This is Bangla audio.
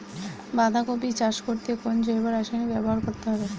বাঁধাকপি চাষ করতে কোন জৈব রাসায়নিক ব্যবহার করতে হবে?